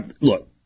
look